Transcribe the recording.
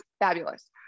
fabulous